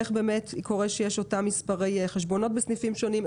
איך קורה שיש אותם מספרי חשבונות בסניפים שונים,